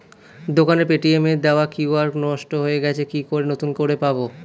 দোকানের পেটিএম এর দেওয়া কিউ.আর নষ্ট হয়ে গেছে কি করে নতুন করে পাবো?